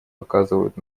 оказывают